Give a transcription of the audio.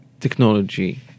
technology